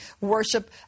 worship